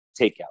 takeout